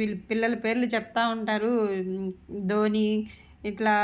వీళ్ళ పిల్లల పేర్లు చెబుతూ ఉంటారు ధోనీ ఇట్లా